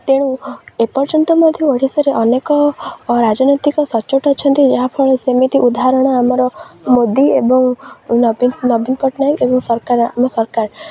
ତେଣୁ ଏପର୍ଯ୍ୟନ୍ତ ମଧ୍ୟ ଓଡ଼ିଶାରେ ଅନେକ ରାଜନୈତିକ ସଚ୍ଚୋଟ ଅଛନ୍ତି ଯାହାଫଳରେ ସେମିତି ଉଦାହରଣ ଆମର ମୋଦୀ ଏବଂ ନବୀନ ନବୀନ ପଟ୍ଟନାୟକ ଏବଂ ସରକାର ଆମ ସରକାର